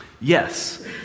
yes